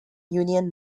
union